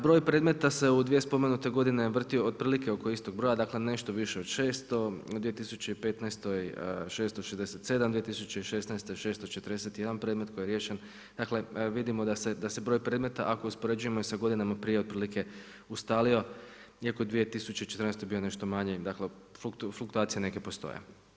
Broj predmeta se u dvije spomenute godine vrti otprilike oko istog broja, dakle nešto više od 600, u 2015. 667, u 2016. 641 predmet koji je riješen, dakle, vidimo da se broj predmeta ako uspoređujemo i sa godinama prije otprilike ustalio iako je 2014. bio nešto manji, dakle fluktuacije neke postoje.